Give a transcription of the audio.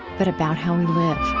but about how we live.